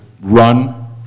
run